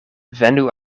venu